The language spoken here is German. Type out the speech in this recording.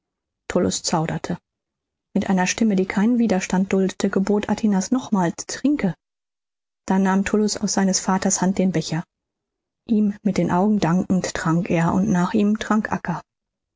zauderte mit einer stimme die keinen widerstand duldete gebot atinas nochmals trinke da nahm tullus aus seines vaters hand den becher ihm mit den augen dankend trank er und nach ihm trank